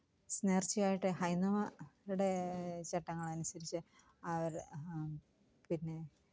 സ് നേര്ച്ചയായിട്ട് ഹൈന്ദവരുടെ ചട്ടങ്ങളനുസരിച്ച് അവര് പിന്നെ